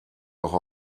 auch